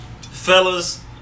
fellas